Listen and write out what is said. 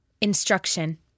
Instruction